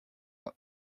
what